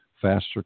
faster